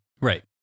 right